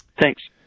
thanks